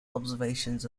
observations